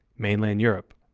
mainland europe,